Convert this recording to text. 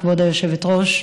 כבוד היושבת-ראש,